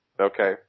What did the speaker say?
Okay